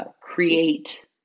create